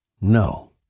No